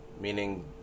meaning